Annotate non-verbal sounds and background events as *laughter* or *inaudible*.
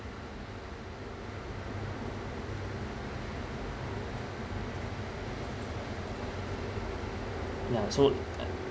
yeah so *noise*